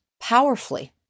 powerfully